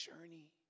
journey